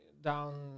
down